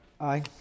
Aye